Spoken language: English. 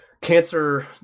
cancer